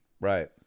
Right